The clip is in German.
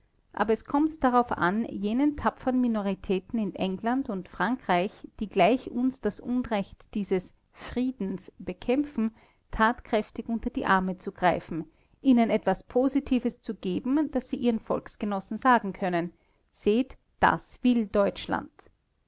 aber es kommt darauf an jenen tapfern minoritäten in england und frankreich die gleich uns das unrecht dieses friedens bekämpfen tatkräftig unter die arme zu greifen ihnen etwas positives zu geben daß sie ihren volksgenossen sagen können seht das will deutschland